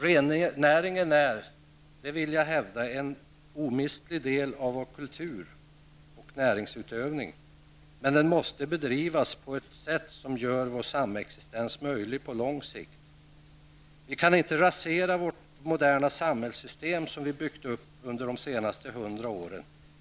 Rennäringen är en omistlig del av vår kultur och näringsutvöning, men den måste bedrivas på ett sätt som gör vår samexistens möjlig på lång sikt. Vi kan inte rasera vårt moderna samhällssystem, som vi byggt upp under de senaste 100 åren.